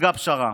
והושגה פשרה.